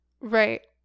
Right